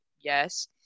yes